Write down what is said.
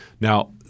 Now